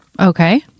Okay